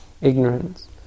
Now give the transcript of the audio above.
ignorance